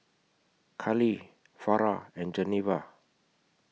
Karlee Farrah and Geneva